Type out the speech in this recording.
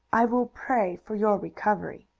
i will pray for your recovery.